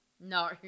no